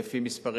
לפי מספר